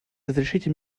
разрешите